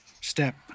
step